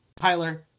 Tyler